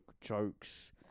jokes